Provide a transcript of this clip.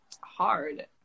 hard